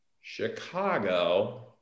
Chicago